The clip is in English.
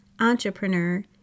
entrepreneur